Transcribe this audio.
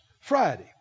Friday